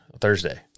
Thursday